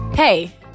Hey